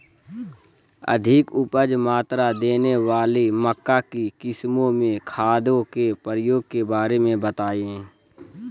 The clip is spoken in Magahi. अधिक उपज मात्रा देने वाली मक्का की किस्मों में खादों के प्रयोग के बारे में बताएं?